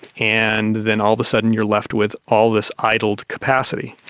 and then all of a sudden you're left with all this idled capacity.